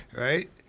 right